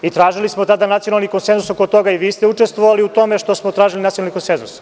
I tražili smo tada nacionalni konsenzus oko toga i vi ste učestvovali u tome što smo tražili nacionalni konsenzus.